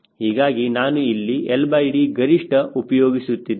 ಹೀಗಾಗಿ ನಾನು ಇಲ್ಲಿ LD ಗರಿಷ್ಠ ಉಪಯೋಗಿಸುತ್ತಿದ್ದೆ